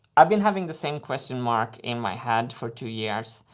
i've been having the same question mark in my head for two years,